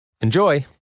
Enjoy